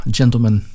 gentlemen